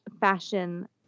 fashion